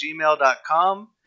gmail.com